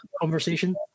conversation